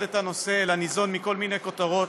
את הנושא אלא ניזון מכל מיני כותרות,